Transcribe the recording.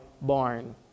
barn